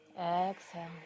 Exhale